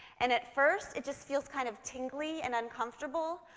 and at first, it just feels kind of tingly and uncomfortable,